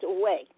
away